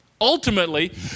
Ultimately